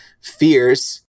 fears